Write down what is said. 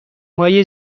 های